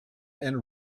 and